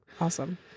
Awesome